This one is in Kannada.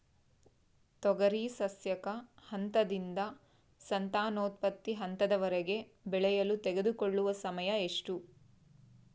ತೊಗರಿ ಸಸ್ಯಕ ಹಂತದಿಂದ ಸಂತಾನೋತ್ಪತ್ತಿ ಹಂತದವರೆಗೆ ಬೆಳೆಯಲು ತೆಗೆದುಕೊಳ್ಳುವ ಸಮಯ ಎಷ್ಟು?